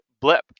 blip